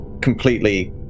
completely